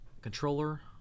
controller